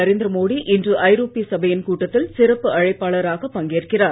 நரேந்திர மோடி இன்று ஐரோப்பிய சபையின் கூட்டத்தில் சிறப்பு அழைப்பாளராகப் பங்கேற்கிறார்